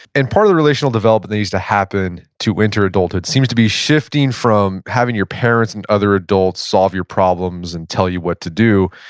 and part of the relational development that used to happen to enter it seems to be shifting from having your parents and other adults solve your problems and tell you what to do,